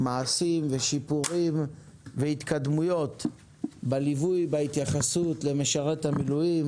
מעשים ושיפורים והתקדמויות בליווי ובהתייחסות למשרת המילואים,